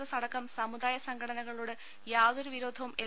S അടക്കം സമുദായ സംഘടനകളോട് യാതൊരു വിരോധവും എൽ